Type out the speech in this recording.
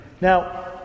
Now